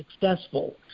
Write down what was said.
successful